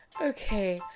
okay